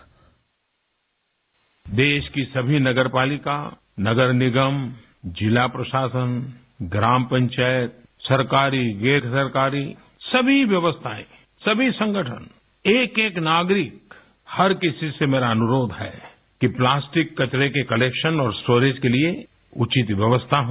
bite देश की सभी नगरपालिका नगरनिगम जिला प्रशासन ग्राम पंचायत सरकारी गैरसरकारी सभी व्यवस्थाएँ सभी संगठन एक एक नागरिक हर किसी से मेरा अनुरोध है कि प्लास्टिक कचरे के क्लेकशन और स्टोरेज के लिए उचित व्यवस्था हो